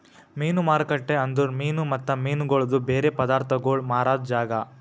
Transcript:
ಮೀನು ಮಾರುಕಟ್ಟೆ ಅಂದುರ್ ಮೀನು ಮತ್ತ ಮೀನಗೊಳ್ದು ಬೇರೆ ಪದಾರ್ಥಗೋಳ್ ಮಾರಾದ್ ಜಾಗ